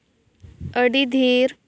ᱟᱹᱰᱤ ᱫᱷᱤᱨ